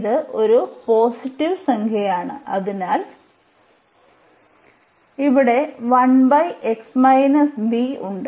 ഇത് ഒരു പോസിറ്റീവ് സംഖ്യയാണ് അതിനാൽ ഇവിടെ ഉണ്ട്